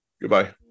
Goodbye